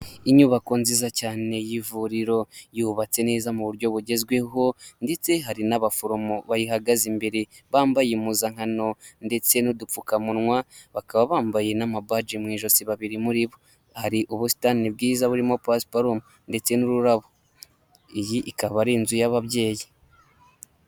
Inyubako nziza cyane y'ivuriro yubatse neza mu buryo bugezweho ndetse hari n'abaforomo bayihagaze imbere bambaye impuzankano ndetse n'udupfukamunwa, bakaba bambaye n'amabaji mu ijosi babiri muri bo, hari ubusitani bwiza burimo pasiparumu ndetse n'ururabo, iyi ikaba ari inzu y'ababyeyi.